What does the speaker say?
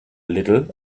little